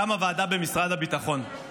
קמה ועדה במשרד הביטחון.